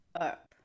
up